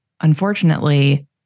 unfortunately